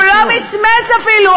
הוא לא מצמץ אפילו.